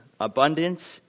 abundance